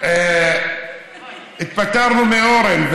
נפטרנו מאורן,